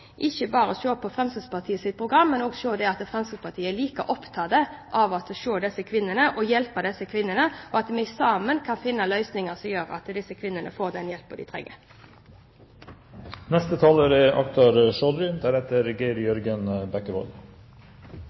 at Fremskrittspartiet er like opptatt som han av å se og hjelpe disse kvinnene, slik at vi sammen kan finne løsninger som gjør at disse kvinnene får den hjelpen de trenger. Det er